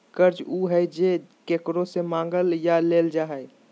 कर्ज उ हइ जे केकरो से मांगल या लेल जा हइ